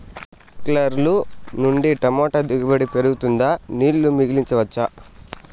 స్ప్రింక్లర్లు నుండి టమోటా దిగుబడి పెరుగుతుందా? నీళ్లు మిగిలించవచ్చా?